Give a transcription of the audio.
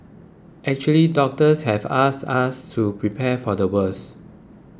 actually doctors have asked us to prepare for the worst